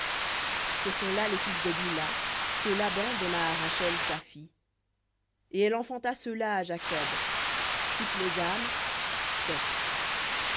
ce sont là les fils de bilha que laban donna à rachel sa fille et elle enfanta ceux-là à jacob toutes les âmes sept